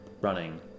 running